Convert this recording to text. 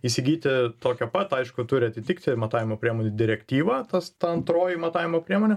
įsigyti tokią pat aišku turi atitikti matavimo priemonių direktyvą tas ta antroji matavimo priemonė